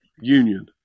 union